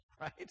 right